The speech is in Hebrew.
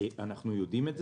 אנחנו יודעים.